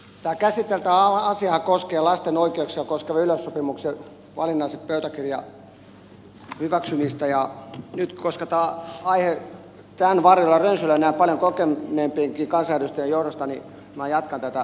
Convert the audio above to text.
tämä käsiteltävä asiahan koskee lasten oikeuksia koskevan yleissopimuksen valinnaisen pöytäkirjan hyväksymistä ja nyt koska tämä aihe tämän varjolla rönsyilee näin paljon kokeneempienkin kansanedustajien johdosta minä jatkan tästä samasta aiheesta